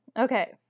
Okay